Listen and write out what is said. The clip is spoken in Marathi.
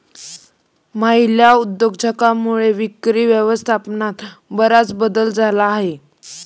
महिला उद्योजकांमुळे विक्री व्यवस्थापनात बराच बदल झाला आहे